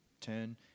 turn